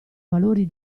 valori